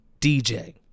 DJ